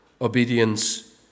obedience